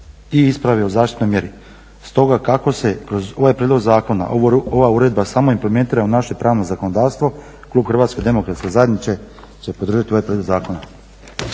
i isprave o zaštitnoj mjeri. Stoga kako se kroz ovaj prijedlog zakona ova uredba samo implementira u naše pravno zakonodavstvo klub Hrvatske demokratske zajednice će podržati ovaj prijedlog zakona.